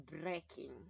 breaking